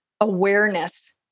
awareness